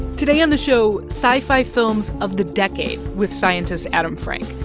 today on the show sci-fi films of the decade with scientist adam frank.